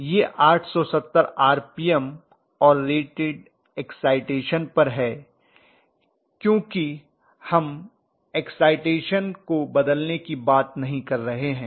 यह 870 आरपीएम और rated excitation पर है क्योंकि हम एक्साइटेशन को बदलने की बात नहीं कर रहे हैं